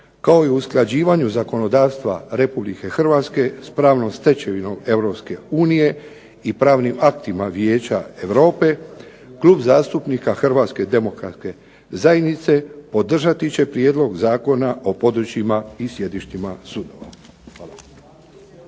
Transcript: kao i usklađivanju zakonodavstva Republike Hrvatske, s pravnom stečevinom Europske unije i pravnim aktima Vijeća Europe, Klub zastupnika Hrvatske demokratske zajednice podržati će prijedlog Zakona o područjima i sjedištima sudova.